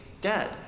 dead